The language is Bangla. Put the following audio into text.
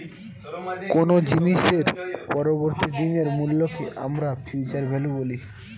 কোনো জিনিসের পরবর্তী দিনের মূল্যকে আমরা ফিউচার ভ্যালু বলি